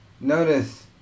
Notice